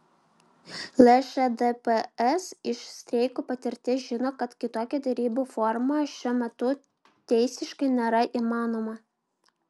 lšdps iš streikų patirties žino kad kitokia derybų forma šiuo metu teisiškai nėra įmanoma